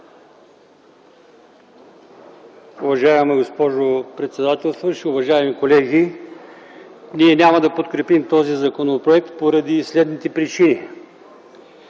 Уважаема госпожо председател, уважаеми колеги! Ние няма да подкрепим този законопроект, поради следните причини.